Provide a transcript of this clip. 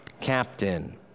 captain